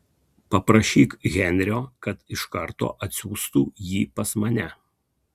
paprašyk henrio kad iš karto atsiųstų jį pas mane